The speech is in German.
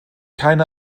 keine